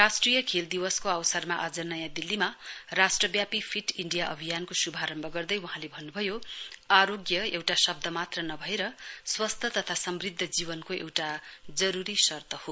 राष्ट्रिय खेल दिवसको अवसरमा आज नयाँ दिल्लीमा राष्ट्रव्यापी फिट इण्डिया अभियानको शुभारमभ गर्दै वहाँले भन्नुभयो आरोग्य एउटा शब्द मात्र नभएर स्वस्थ तथा समृध्द जीवनको एउटा जरुरी शर्त हो